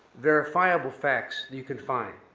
verifiable facts that you can find.